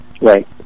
Right